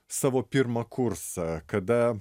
savo pirmą kursą kada